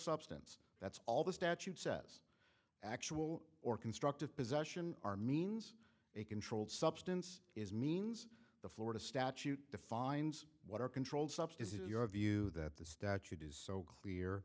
substance that's all the statute says actual or constructive possession are means a controlled substance is means the florida statute defines what are controlled substances in your view that the statute is so clear